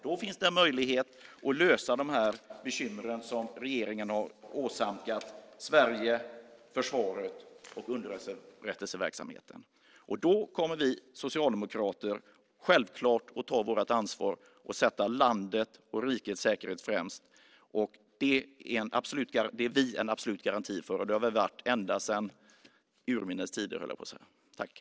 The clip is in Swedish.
Då finns det en möjlighet att lösa de bekymmer som regeringen har åsamkat Sverige, försvaret och underrättelseverksamheten. Och då kommer vi socialdemokrater självklart att ta vårt ansvar och sätta landet och rikets säkerhet främst. Det är vi en absolut garanti för, och det har vi varit sedan urminnes tider, höll jag på att säga.